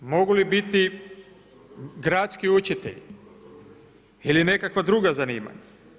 Mogu li biti gradski učitelji ili nekakva druga zanimanja?